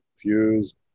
confused